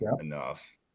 enough